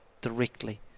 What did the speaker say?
directly